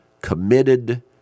committed